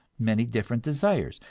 many different desires,